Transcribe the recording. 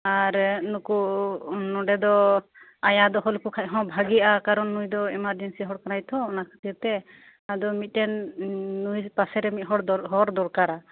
ᱟᱨ ᱱᱩᱠᱩ ᱱᱚᱰᱮ ᱫᱚ ᱟᱭᱟ ᱫᱚᱦᱚ ᱞᱮᱠᱚ ᱠᱷᱟᱡ ᱫᱚ ᱵᱷᱟᱜᱤᱜᱼᱟ ᱠᱟᱨᱚᱱ ᱱᱩᱭᱫᱚ ᱮᱢᱟᱨᱡᱮᱱᱥᱤ ᱦᱚᱲ ᱠᱟᱱᱟᱭ ᱛᱳ ᱚᱱᱟ ᱠᱷᱟᱹᱛᱤᱨ ᱛᱮ ᱟᱫᱚ ᱢᱤᱴᱮᱱ ᱱᱩᱭ ᱯᱟᱥᱮᱨᱮ ᱢᱤᱫ ᱦᱚᱲ ᱦᱚᱲ ᱫᱚᱨᱠᱟᱨᱟ